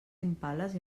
impales